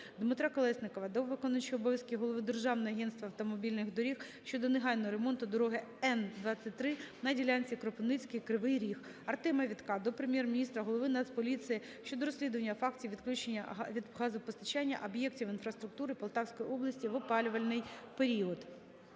Дмитра Колєснікова до виконуючого обов'язків голови Державного агентства автомобільних доріг щодо негайного ремонту дороги Н23 на ділянці Кропивницький-Кривий Ріг. Артема Вітка до Прем'єр-міністра, голови Нацполіції щодо розслідування фактів відключення від газопостачання об'єктів інфраструктури Полтавської області в опалювальний період.